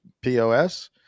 POS